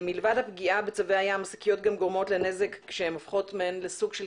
מלבד הפגיעה בצבי הים השקיות גורמות גם לנזק כשהן הופכות לסוג של